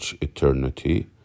eternity